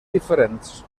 diferents